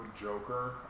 joker